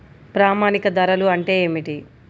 ప్రామాణిక ధరలు అంటే ఏమిటీ?